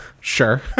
sure